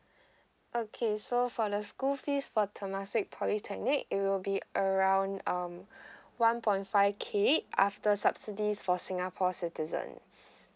okay so for the school fees for temasek polytechnic it will be around um one point five k after subsidies for singapore citizens